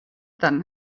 then